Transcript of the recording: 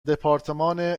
دپارتمان